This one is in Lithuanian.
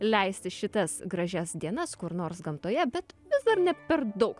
leisti šitas gražias dienas kur nors gamtoje bet vis dar ne per daug